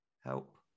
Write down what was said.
Help